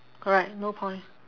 correct no point